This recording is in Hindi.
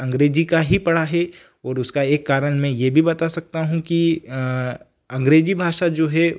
अंग्रेजी का ही पड़ा है और उसका एक कारण मैं ये भी बता सकता हूँ कि अंग्रेजी भाषा जो है